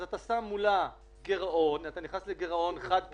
אז אתה נכנס לגירעון חד-פעמי,